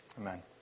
Amen